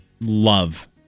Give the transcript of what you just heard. love